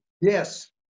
Yes